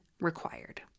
required